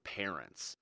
parents